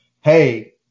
hey